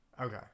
Okay